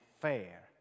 fair